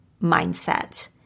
mindset